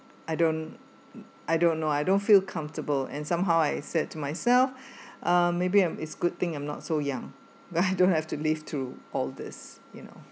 I don't I don't know I don't feel comfortable and somehow I said to myself um maybe I'm is good thing I'm not so young but I don't have to leave through all this you know